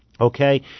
Okay